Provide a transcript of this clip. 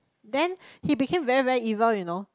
then he became very very evil you know